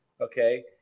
okay